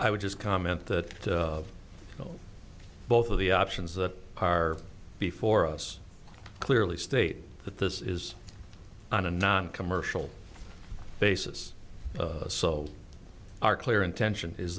i would just comment that both of the options that are before us clearly state that this is on a noncommercial basis so our clear intention is